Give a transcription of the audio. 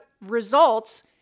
results